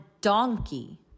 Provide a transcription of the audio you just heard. donkey